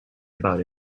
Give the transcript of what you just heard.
about